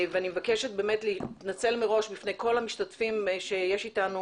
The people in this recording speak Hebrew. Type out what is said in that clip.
אני מבקשת באמת להתנצל מראש בפני כול המשתתפים שיש אתנו,